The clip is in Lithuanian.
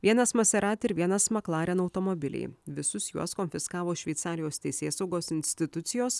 vienas maserati ir vienas mclaren automobiliai visus juos konfiskavo šveicarijos teisėsaugos institucijos